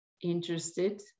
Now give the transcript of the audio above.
interested